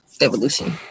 Evolution